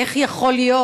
איך יכול להיות